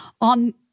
on